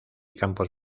campos